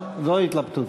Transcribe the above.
לא התלבטות,